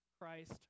Christ